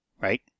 right